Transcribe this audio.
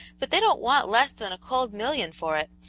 but they don't want less than a cold million for it,